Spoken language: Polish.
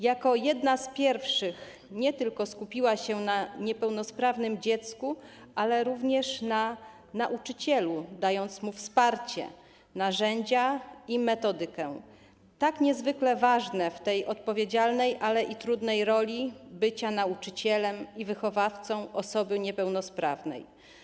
Jako jedna z pierwszych skupiła się nie tylko na niepełnosprawnym dziecku, ale również na nauczycielu, dając mu wsparcie, narzędzia i metodykę, tak niezwykle ważne w tej odpowiedzialnej, ale i trudnej roli bycia nauczycielem i wychowawcą osoby niepełnosprawnej.